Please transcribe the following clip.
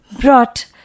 brought